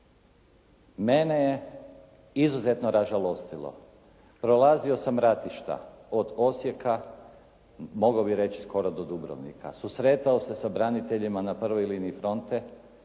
Mene je izuzetno ražalostilo. Prolazio sam ratišta od Osijeka mogao bih reći skoro do Dubrovnika. Susretao se sa braniteljima na prvoj liniji fronte.